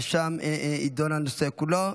ושם יידון הנושא כולו.